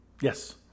Yes